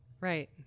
Right